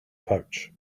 pouch